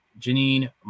Janine